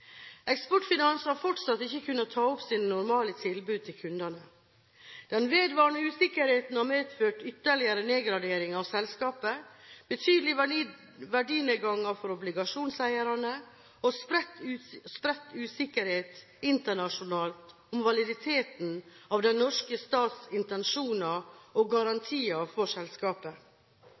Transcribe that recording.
Eksportfinans har fortsatt ikke kunnet ta opp sine normale tilbud til kundene. Den vedvarende usikkerheten har medført ytterligere nedgraderinger av selskapet, betydelige verdinedganger for obligasjonseierne og spredt usikkerhet internasjonalt om validiteten av den norske stats intensjoner og garantier for selskapet.